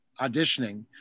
auditioning